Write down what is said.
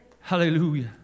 hallelujah